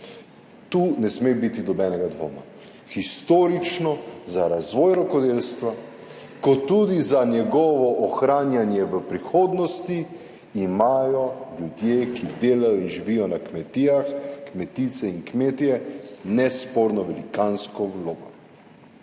Tu ne sme biti nobenega dvoma - historično za razvoj rokodelstva kot tudi za njegovo ohranjanje v prihodnosti imajo ljudje, ki delajo in živijo na kmetijah, kmetice in kmetje, nesporno velikansko vlogo